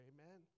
Amen